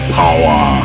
power